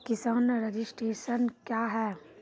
किसान रजिस्ट्रेशन क्या हैं?